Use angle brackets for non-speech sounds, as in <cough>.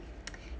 <noise>